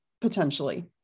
potentially